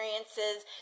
experiences